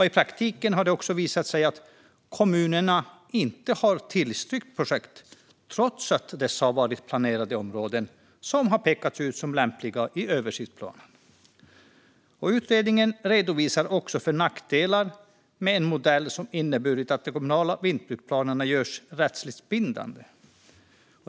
I praktiken har det också visat sig att kommunerna inte har tillstyrkt projekt trots att dessa har varit planerade i områden som har pekats ut som lämpliga i översiktsplaner. Utredningen redovisar också för och nackdelar med en modell som innebär att de kommunala vindbruksplanerna görs rättsligt bindande.